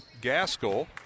Gaskell